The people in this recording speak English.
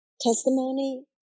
testimony